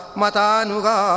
matanuga